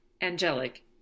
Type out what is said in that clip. Angelic